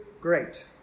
great